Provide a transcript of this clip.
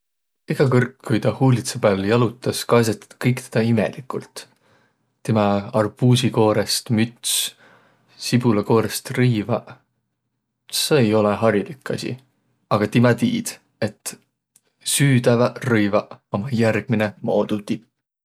Egä kõrd, ku tä huulidsa pääl jalotas, kaesõq kõik tedä imeligult. Timä arbuusikoorõst müts, sibulakoorõst rõivaq – seo ei olõq harilik asi, aga timä tiid, et süüdäväq rõivaq ommaq järgmäne moodu tipp.